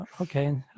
Okay